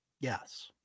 Yes